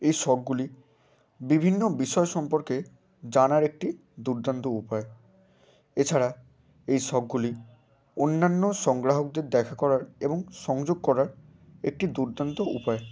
এই শখগুলি বিভিন্ন বিষয় সম্পর্কে জানার একটি দুর্দান্ত উপায় এছাড়া এই শখগুলি অন্যান্য সংগ্রাহকদের দেখা করার এবং সংযোগ করার একটি দুর্দান্ত উপায়